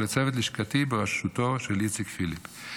ולצוות לשכתי בראשותו של איציק פיליפ.